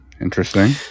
interesting